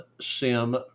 Sim